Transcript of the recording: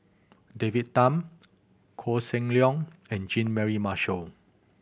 David Tham Koh Seng Leong and Jean Mary Marshall